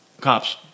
cops